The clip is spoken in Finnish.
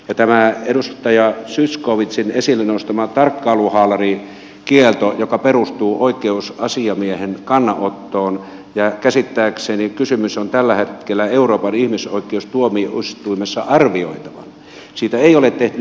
tästä edustaja zyskowiczin esille nostamasta tarkkailuhaalarikiellosta joka perustuu oikeusasiamiehen kannanottoon ja käsittääkseni kysymys on tällä hetkellä euroopan ihmisoikeustuomioistuimessa arvioitavana ei ole tehty diagnoosia